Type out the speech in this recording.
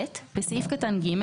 (ב)בסעיף קטן (ג),